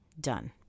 Done